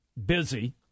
Busy